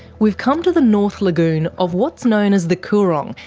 we've come to the north lagoon of what's known as the coorong,